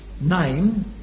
name